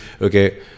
okay